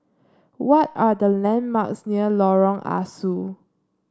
what are the landmarks near Lorong Ah Soo